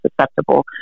susceptible